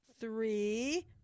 three